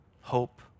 hope